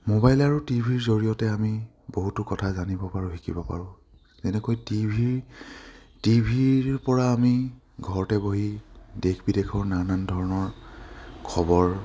mobile আৰু টিভিৰ জৰিয়তে আমি বহুতো কথা জানিব পাৰোঁ শিকিব পাৰোঁ যেনেকৈ টিভিৰ টিভিৰ পৰা আমি ঘৰতে বহি দেশ বিদেশৰ নানান ধৰণৰ খবৰ